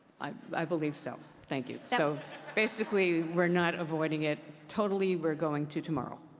i believe so. thank you. so basically, we're not avoiding it. totally we're going to tomorrow.